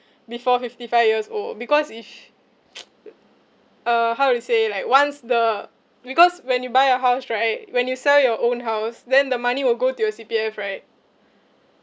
before fifty five years old because if uh how to say like once the because when you buy a house right when you sell your own house then the money will go to your C_P_F right